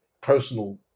personal